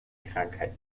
krankheit